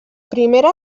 primera